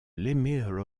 lemme